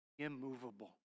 immovable